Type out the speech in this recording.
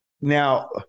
Now